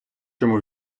чому